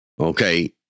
Okay